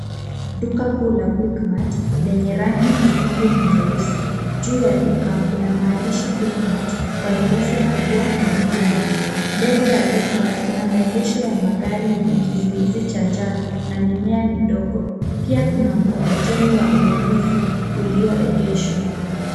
Duka kuu la quickmart lenye rangi nyekundu na nyeusi. Juu ya duka kuna maandishi, quickmart, kwa herufi kubwa nyekundu. Mbele ya duka kuna maegesho ya magari yenye kizuizi cha njano na mimea midogo. Pia kuna mkokoteni wa ununuzi ulioegeshwa.